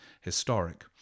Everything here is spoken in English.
historic